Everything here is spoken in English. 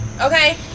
okay